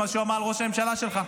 מה שהוא אמר על ראש הממשלה שלך.